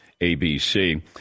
ABC